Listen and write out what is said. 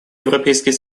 европейский